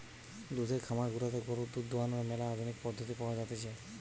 দুধের খামার গুলাতে গরুর দুধ দোহানোর ম্যালা আধুনিক পদ্ধতি পাওয়া জাতিছে